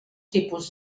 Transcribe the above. tipus